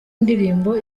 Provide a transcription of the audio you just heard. indirimbo